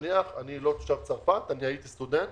נניח שאני לא תושב צרפת, אני הייתי סטודנט